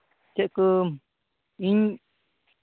ᱪᱮᱫ ᱠᱚ ᱤᱧ